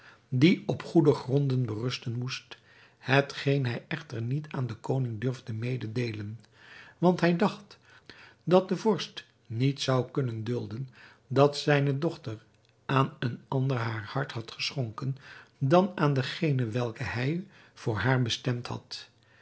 die op goede gronden berusten moest hetgeen hij echter niet aan den koning durfde mededeelen want hij dacht dat de vorst niet zou kunnen dulden dat zijne dochter aan een ander haar hart had geschonken dan aan dengene welken hij voor haar bestemd had